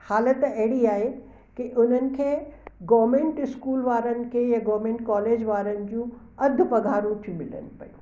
हालति अहिड़ी आहे की उन्हनि खे गोर्मेंट स्कूल वारनि खे या गोर्मेंट कोलेज वारनि जूं अधु पघारूं थियूं मिलनि पेयूं